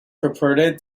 purported